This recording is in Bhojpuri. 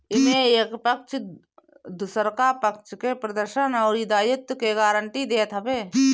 एमे एक पक्ष दुसरका पक्ष के प्रदर्शन अउरी दायित्व के गारंटी देत हवे